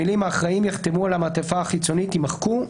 המילים "האחראים יחתמו על המעטפה החיצונית" יימחקו.